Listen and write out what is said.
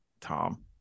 Tom